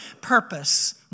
purpose